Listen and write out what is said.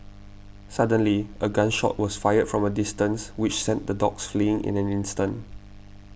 suddenly a gun shot was fired from a distance which sent the dogs fleeing in an instant